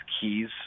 keys